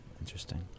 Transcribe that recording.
Interesting